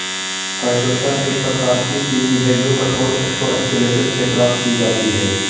chitosan एक प्रकार की चीनी है जो कठोर एक्सोस्केलेटन से प्राप्त की जाती है